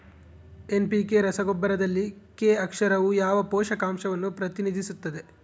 NPK ರಸಗೊಬ್ಬರದಲ್ಲಿ K ಅಕ್ಷರವು ಯಾವ ಪೋಷಕಾಂಶವನ್ನು ಪ್ರತಿನಿಧಿಸುತ್ತದೆ?